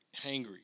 hangry